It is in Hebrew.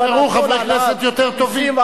שיבחרו חברי כנסת יותר טובים,